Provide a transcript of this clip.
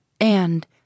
And